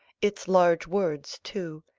its large words too,